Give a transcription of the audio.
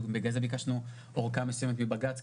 בגלל זה ביקשנו ארכה מסויימת מבג"צ,